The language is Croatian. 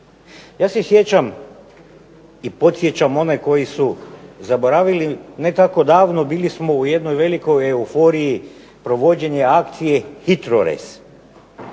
Ja se sjećam i podsjećam one koji su zaboravili ne tako davno bili smo u jednoj velikoj euforiji provođenja akcije HITRO-REZ